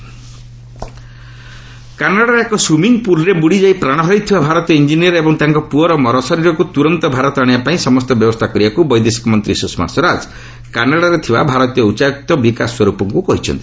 Swaraj Canada Indian କାନାଡ଼ାର ଏକ swimming ପୁଲ୍ରେ ବୁଡ଼ିଯାଇ ପ୍ରାଣ ହରାଇଥିବା ଭାରତୀୟ ଇଞ୍ଜିନିୟର୍ ଏବଂ ତାଙ୍କ ପୁଅର ମରଶରୀରକୁ ତୁରନ୍ତ ଭାରତ ଆଶିବାପାଇଁ ସମସ୍ତ ବ୍ୟବସ୍ଥା କରିବାକୁ ବୈଦେଶିକ ମନ୍ତ୍ରୀ ସୁଷମା ସ୍ୱରାଜ କାନାଡ଼ାରେ ଥିବା ଭାରତୀୟ ଉଚ୍ଚାୟୁକ୍ତ ବିକାଶ ସ୍ୱରୂପଙ୍କୁ କହିଛନ୍ତି